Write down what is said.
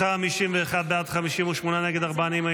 51 בעד, 58 נגד, ארבעה נמנעים.